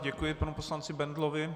Děkuji panu poslanci Bendlovi.